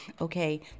okay